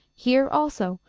here, also,